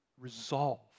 Resolve